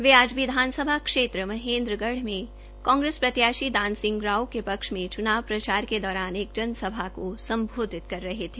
वह आज विधानसभा क्षेत्र महेन्द्रगढ़ में कांग्रेस प्रत्याशी दान सिंह राव के पक्ष में चूनाव प्रचार के दौरान एक जनसभा को सम्बोधित कर रहे है